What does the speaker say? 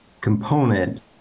component